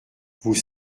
vous